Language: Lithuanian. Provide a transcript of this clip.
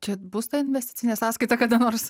čia bus ta investicinė sąskaita kada nors